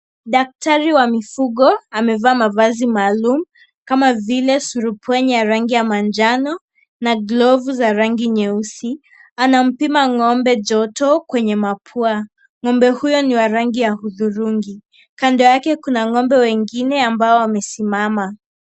Daktari wa mifugo, amevaa mavazi maalum, kama vile, ile surupqenye ya rangi ya manjano, na glovu za rangi nyeusi, anampima ngombe joto kwenye mapua, ngombe huyo ni wa rangi ya udurungi, kando yake kuna ngombe wengine ambao wamesimama.